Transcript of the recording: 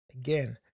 Again